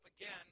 again